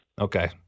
Okay